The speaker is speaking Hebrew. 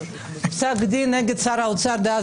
פסק דין נגד שר האוצר דאז,